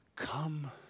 Come